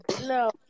No